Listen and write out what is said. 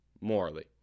morally